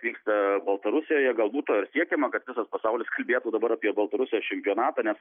vyksta baltarusijoje gal būt to siekiama kad visas pasaulis kalbėtų dabar apie baltarusijos čempionatą nes